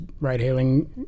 ride-hailing